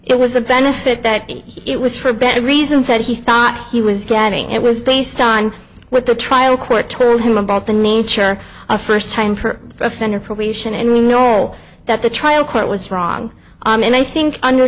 it was a benefit that it was for better reasons that he thought he was getting it was based on what the trial court told him about the nature a first time for offender probation and we know that the trial court was wrong and i think under